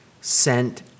sent